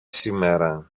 σήμερα